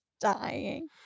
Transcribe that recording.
dying